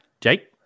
Jake